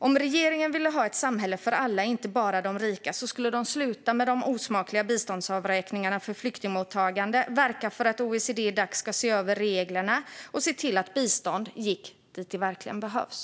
Om regeringen ville ha ett samhälle för alla och inte bara för de rika skulle de sluta med de osmakliga biståndsavräkningarna för flyktingmottagande, verka för att OECD och Dac såg över reglerna och se till att bistånd gick dit det verkligen behövs.